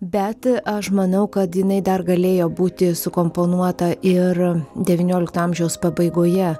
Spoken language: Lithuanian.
bet aš manau kad jinai dar galėjo būti sukomponuota ir devyniolikto amžiaus pabaigoje